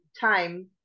time